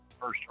first